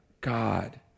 God